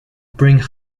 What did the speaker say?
bring